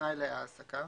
תנאי להעסקה330י.